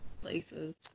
places